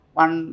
one